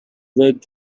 worked